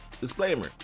Disclaimer